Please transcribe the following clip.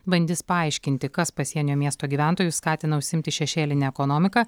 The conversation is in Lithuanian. bandys paaiškinti kas pasienio miesto gyventojus skatina užsiimti šešėline ekonomika